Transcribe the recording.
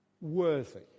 worthy